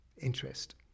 interest